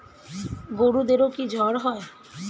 গরুদেরও কি জ্বর হয়?